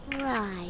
Right